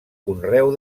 conreu